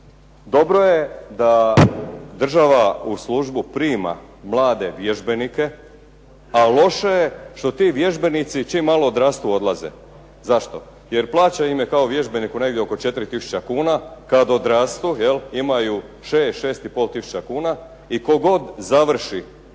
Dobro je da država u službu prima mlade vježbenike, a loše je što ti vježbenici čim malo odrastu odlaze. Zašto? Jer plaća im je kao vježbenicu negdje oko 4 tisuće kuna, kad odrastu imaju 6, 6 i pol tisuća